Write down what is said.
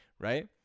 right